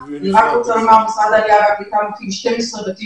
אני רק רוצה לומר שמשרד העלייה והקליטה מקים 12 בתים